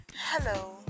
Hello